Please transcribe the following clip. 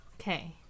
Okay